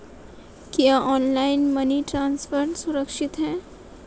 क्या online money transfer सुरक्षित है?